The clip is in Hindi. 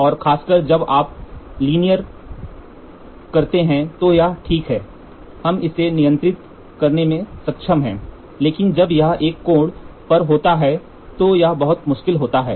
और खासकर जब आप लीनियर करते हैं तो यह ठीक है हम इसे नियंत्रित करने में सक्षम हैं लेकिन जब यह एक कोण पर होता है तो यह बहुत मुश्किल होता है